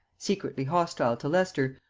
secretly hostile to leicester,